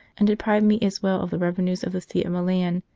and deprive me as well of the revenues of the see of milan,